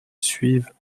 suive